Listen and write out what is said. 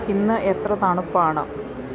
ഇന്ന് എത്ര തണുപ്പാണ്